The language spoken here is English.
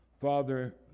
Father